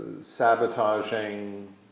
sabotaging